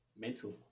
mental